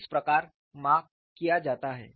इस प्रकार माप किया जाता है